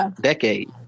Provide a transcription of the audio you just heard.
decade